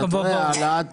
העלאת